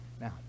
Now